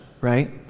right